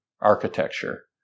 architecture